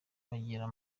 bagira